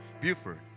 Buford